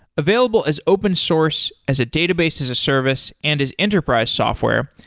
available as open source as a database as a service and as enterprise software,